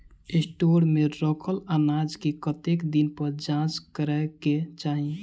Store मे रखल अनाज केँ कतेक दिन पर जाँच करै केँ चाहि?